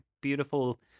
beautiful